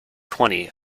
twenty